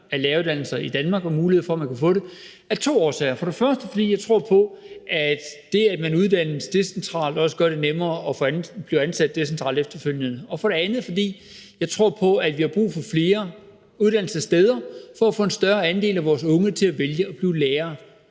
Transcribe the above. af læreruddannelser i Danmark og muligheder for, at man kunne få det – af to årsager: For det første, fordi jeg tror på, at det, at man uddannes decentralt, også gør det nemmere at blive ansat decentralt efterfølgende, og for det andet, fordi jeg tror på, at vi har brug for flere uddannelsessteder for at få en større andel af vores unge til at vælge at blive lærere.